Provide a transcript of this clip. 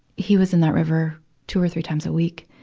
he was in that river two or three times a week.